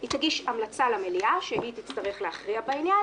היא תגיש המלצה למליאה, והיא תצטרך להכריע בעניין.